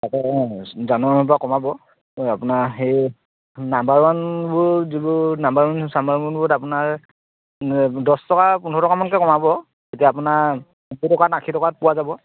তাকে অঁ জানুৱাৰী মাহৰপৰা কমাব আপোনাৰ সেই নাম্বাৰ ওৱানবোৰ যিবোৰ নাম্বাৰ ওৱান চাম্বাৰ ওৱানবোৰত আপোনাৰ দহ টকা পোন্ধৰ টকামানকৈ কমাব তেতিয়া আপোনাৰ সত্তৰ টকাত আশী টকাত পোৱা যাব